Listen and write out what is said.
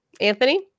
Anthony